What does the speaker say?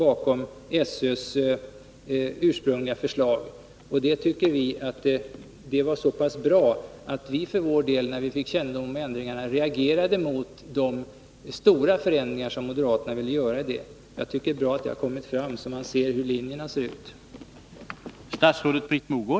Vi tycker att det var så pass bra att vi för vår del reagerade när vi fick kännedom om de stora förändringar som moderaterna ville göra. Det är bra att den reaktionen kommit, så att det blivit tydligt var skiljelinjerna går.